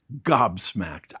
gobsmacked